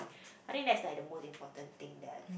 I think that's like the most important thing that I have